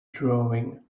drawing